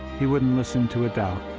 he wouldn't listen to a doubt.